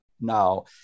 now